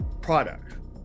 product